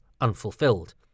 unfulfilled